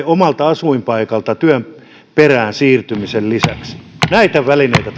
omalta asuinpaikalta työn perään siirtymisen lisäksi näitä välineitä